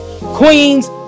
Queens